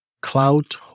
clout